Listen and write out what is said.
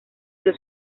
los